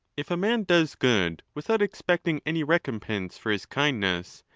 if a man does good without expecting any recompense for his kindness,